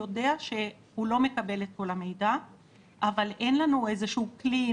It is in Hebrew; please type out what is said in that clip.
שהוא לא מקבל את כל המידע אבל אין לנו איזשהו כלי,